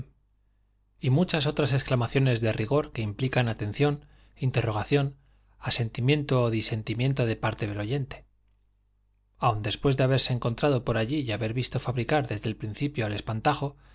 y muchas otras exclamaciones de rigor que implican atención interrogación asentimiento o disentimiento de parte del oyente aun después de haberse encontrado por allí y haber visto fabricar desde el principio al espantajo